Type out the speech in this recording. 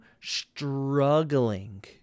struggling